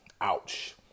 Ouch